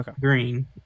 Green